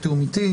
בתיאום איתי.